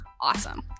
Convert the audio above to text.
awesome